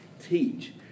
teach